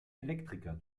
elektriker